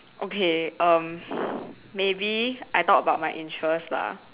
okay um maybe I talk about my interest lah